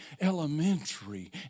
elementary